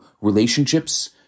relationships